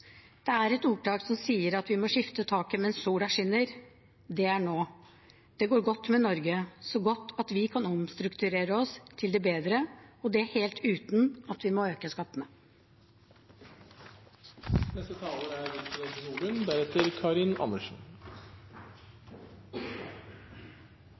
Det er et ordtak som sier at vi må skifte taket mens sola skinner. Det er nå. Det går godt med Norge – så godt at vi kan omstrukturere oss til det bedre, og det helt uten at vi må øke